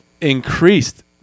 increased